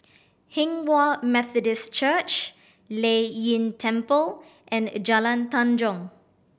Hinghwa Methodist Church Lei Yin Temple and Jalan Tanjong